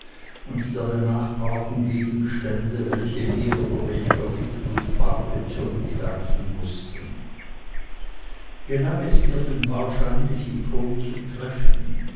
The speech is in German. und der benachbarten gegenstände welche mehr oder weniger licht und farbe zurückwerfen mußten gelang es mir den wahrscheinlichen ton zu treffen